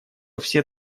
все